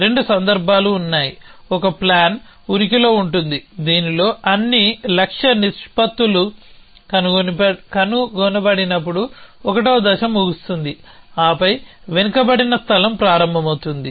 రెండు సందర్భాలు ఉన్నాయి ఒక ప్లాన్ ఉనికిలో ఉంటుంది దీనిలో అన్ని లక్ష్య నిష్పత్తులు కనుగొనబడినప్పుడు ఒకటవ దశ ముగుస్తుంది ఆపై వెనుకబడిన స్థలం ప్రారంభమవుతుంది